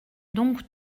donc